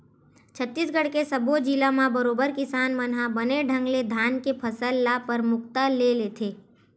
छत्तीसगढ़ के सब्बो जिला म बरोबर किसान मन ह बने ढंग ले धान के फसल ल परमुखता ले लेथे